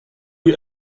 die